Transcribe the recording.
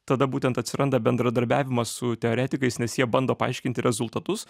tada būtent atsiranda bendradarbiavimas su teoretikais nes jie bando paaiškinti rezultatus